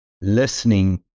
listening